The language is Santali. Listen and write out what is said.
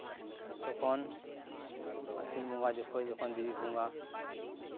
ᱛᱚᱠᱷᱚᱱ ᱟᱹᱥᱤᱱ ᱵᱚᱸᱜᱟ ᱡᱚᱠᱷᱚᱱ ᱡᱚᱠᱷᱚᱱ ᱫᱤᱵᱤ ᱵᱚᱸᱜᱟ